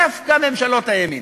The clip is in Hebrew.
דווקא ממשלות הימין.